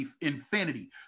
infinity